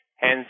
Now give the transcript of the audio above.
Hence